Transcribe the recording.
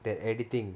than editing